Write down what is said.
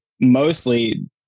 Mostly